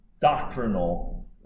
doctrinal